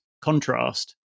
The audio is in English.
contrast